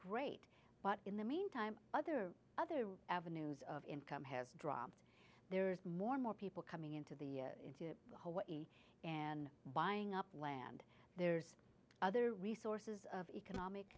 great but in the meantime other other avenues of income has dropped there's more and more people coming into the hallway and buying up land there's other resources of economic